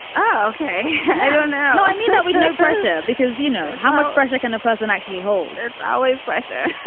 oh, ok. i don't know. i mean, that we know pressure because, you know, how much pressure can a person actually hold? it's always pressure.